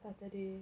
saturday